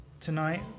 Tonight